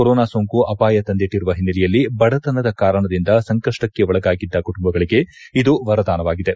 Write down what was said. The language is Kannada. ಕೊರೊನಾ ಸೋಂಕು ಅಪಾಯ ತಂದಿಟ್ಟರುವ ಹಿನ್ನೆಲೆಯಲ್ಲಿ ಬಡತನದ ಕಾರಣದಿಂದ ಸಂಕಪ್ಪಕ್ಕೆ ಒಳಗಾಗಿದ್ದ ಕುಟುಂಬಗಳಿಗೆ ಇದು ವರದಾನವಾಗಿದೆ